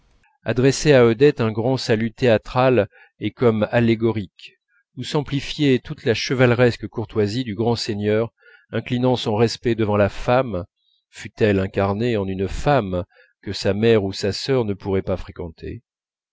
adressait à odette un grand salut théâtral et comme allégorique où s'amplifiait toute la chevaleresque courtoisie du grand seigneur inclinant son respect devant la femme fût-elle incarnée en une femme que sa mère ou sa sœur ne pourraient pas fréquenter